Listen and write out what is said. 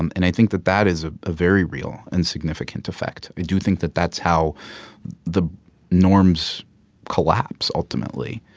um and i think that that is a ah very real and significant effect. i do think that that's how the norms collapse, ultimately.